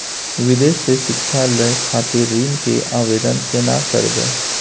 विदेश से शिक्षा लय खातिर ऋण के आवदेन केना करबे?